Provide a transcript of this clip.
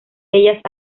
ellas